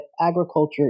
agriculture